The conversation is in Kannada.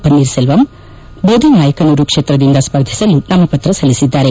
ಪನ್ವೀರ್ ಸೆಲ್ವಂ ಬೋದಿನಾಯಕನೂರು ಕ್ಷೇತ್ರದಿಂದ ಸ್ವರ್ಧಿಸಲು ನಾಮಪತ್ರ ಸಲ್ಲಿಸಿದ್ದಾರೆ